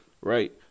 Right